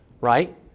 right